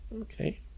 Okay